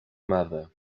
mother